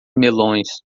melões